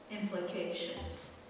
implications